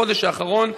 בחודש האחרון,